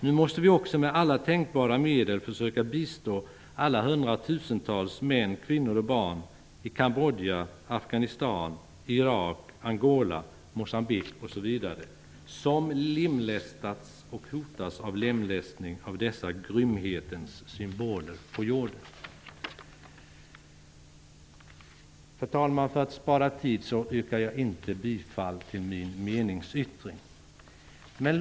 Nu måste vi också med alla tänkbara medel försöka bistå alla hundratusentals män, kvinnor och barn i Moçambique osv. som lemlästats och hotas av lemlästning av dessa grymhetens symboler på jorden. Herr talman! För att spara tid yrkar jag inte bifall till min meningsyttring.